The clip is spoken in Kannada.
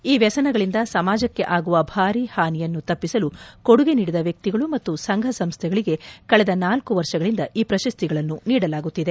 ಈ ವ್ಯಸನಗಳಿಂದ ಸಮಾಜಕ್ಕೆ ಆಗುವ ಭಾರೀ ಹಾನಿಯನ್ನು ತಪ್ಪಿಸಲು ಕೊಡುಗೆ ನೀಡಿದ ವ್ಯಕ್ತಿಗಳು ಮತ್ತು ಸಂಘ ಸಂಸ್ಥೆಗಳಿಗೆ ಕಳೆದ ಳ ವರ್ಷಗಳಿಂದ ಈ ಪ್ರಶಸ್ತಿಗಳನ್ನು ನೀಡಲಾಗುತ್ತಿದೆ